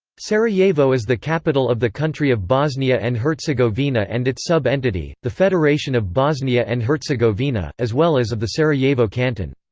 sarajevo is the capital of the country of bosnia and herzegovina and its sub-entity, the federation of bosnia and herzegovina, as well as of the sarajevo canton.